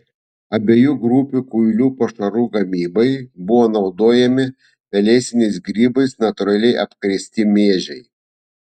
abiejų grupių kuilių pašarų gamybai buvo naudojami pelėsiniais grybais natūraliai apkrėsti miežiai